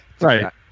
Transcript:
Right